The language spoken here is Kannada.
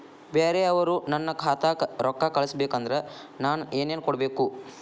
ಬ್ಯಾರೆ ಅವರು ನನ್ನ ಖಾತಾಕ್ಕ ರೊಕ್ಕಾ ಕಳಿಸಬೇಕು ಅಂದ್ರ ನನ್ನ ಏನೇನು ಕೊಡಬೇಕು?